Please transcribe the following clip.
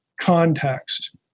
context